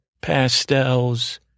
Pastels